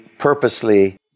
purposely